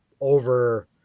over